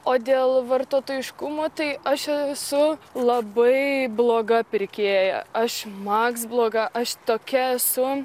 o dėl vartotojiškumo tai aš esu labai bloga pirkėja aš maks bloga aš tokia esu